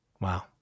Wow